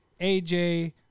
AJ